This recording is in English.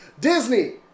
Disney